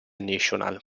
nacional